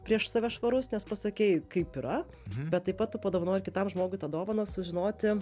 prieš save švarus nes pasakei kaip yra bet taip pat tu padovanoji ir kitam žmogui tą dovaną sužinoti